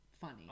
funny